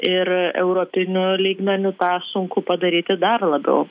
ir europiniu lygmeniu tą sunku padaryti dar labiau